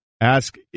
ask